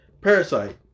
Parasite